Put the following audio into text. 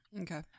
Okay